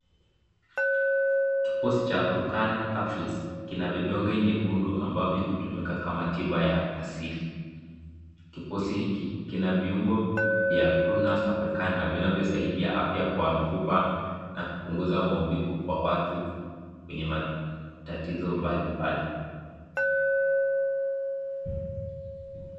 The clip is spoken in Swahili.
Kiposi cha Prucan capsules, kina vidonge nyekundu ambavyo hutumika kama tiba ya asili. Kiposi hiki kina viungo vya Prunus prucan, vinavyosaidia afya kwa mifupa na kupunguza maumivu kwa watu wenye matatizo mbalimbali.